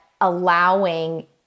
allowing